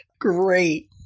Great